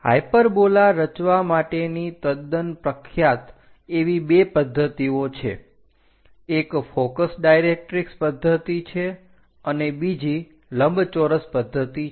hyperbola રચવા માટેની તદ્દન પ્રખ્યાત એવી બે પદ્ધતિઓ છે એક ફોકસ ડાયરેક્ટરીક્ષ પદ્ધતિ છે અને બીજી લંબચોરસ પદ્ધતિ છે